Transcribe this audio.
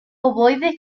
ovoide